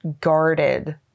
guarded